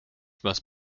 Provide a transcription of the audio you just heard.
must